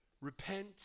repent